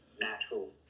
natural